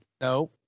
No